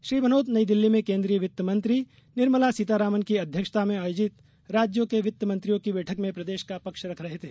श्री भनोत नई दिल्ली में केन्द्रीय वित्त मंत्री निर्मला सीतारमन की अध्यक्षता में आयोजित राज्यों के वित्त मंत्रियों की बैठक में प्रदेश का पक्ष रख रहे थे